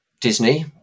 Disney